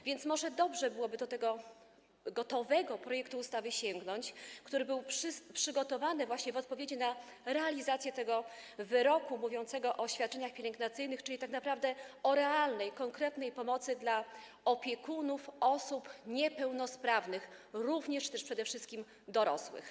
A więc może dobrze byłoby sięgnąć do tego gotowego projektu ustawy, który był przygotowany właśnie w odpowiedzi na kwestię realizacji tego wyroku mówiącego o świadczeniach pielęgnacyjnych, czyli tak naprawdę o realnej, konkretnej pomocy dla opiekunów osób niepełnosprawnych, również czy też przede wszystkim dorosłych.